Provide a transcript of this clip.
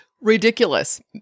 ridiculous